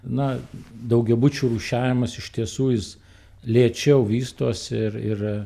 na daugiabučių rūšiavimas iš tiesų jis lėčiau vystosi ir ir